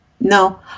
no